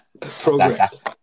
Progress